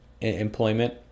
employment